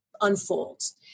unfolds